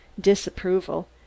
disapproval